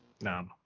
no